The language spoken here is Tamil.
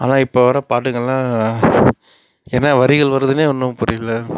ஆனால் இப்போ வர பாட்டுங்கலாம் என்ன வரிகள் வருதுனே ஒன்றும் புரியல